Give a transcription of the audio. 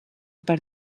par